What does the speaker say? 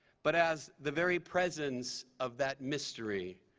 but as the very presence of that mystery.